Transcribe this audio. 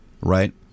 Right